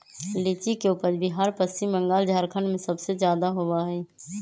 लीची के उपज बिहार पश्चिम बंगाल झारखंड में सबसे ज्यादा होबा हई